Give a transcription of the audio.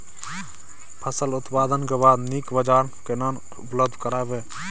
फसल उत्पादन के बाद नीक बाजार केना उपलब्ध कराबै?